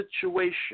situation